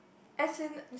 as in